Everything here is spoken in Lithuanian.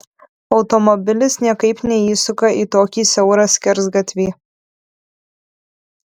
automobilis niekaip neįsuka į tokį siaurą skersgatvį